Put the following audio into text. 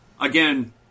again